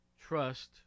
trust